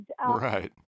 Right